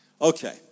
Okay